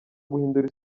guhindura